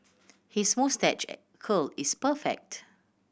his moustache curl is perfect